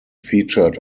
featured